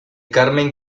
carmen